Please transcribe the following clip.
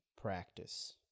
practice